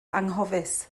anghofus